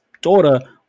daughter